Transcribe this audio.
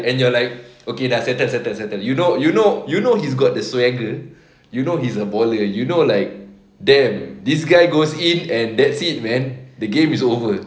and you're like okay dah settle settle settle you know you know you know he's got the swagger you know he's a bawler you know like damn this guy goes in and that's it man the game is over